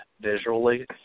visually